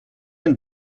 and